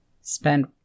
spend